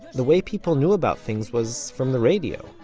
the way people knew about things was from the radio